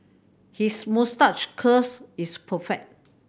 his moustache curls is perfect